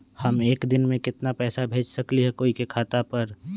हम एक दिन में केतना पैसा भेज सकली ह कोई के खाता पर?